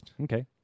Okay